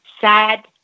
sad